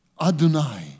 Adonai